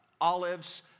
olives